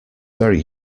very